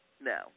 No